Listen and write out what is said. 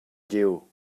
giu